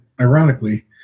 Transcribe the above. ironically